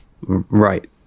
Right